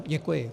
Děkuji.